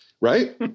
Right